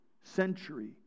century